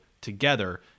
together